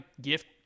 gift